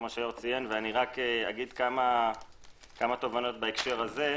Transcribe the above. אני אומר כמה תובנות בנושא.